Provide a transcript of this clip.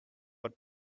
but